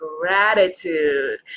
gratitude